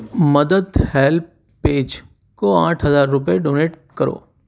مدد ہیلپیج کو آٹھ ہزار روپے ڈونیٹ کرو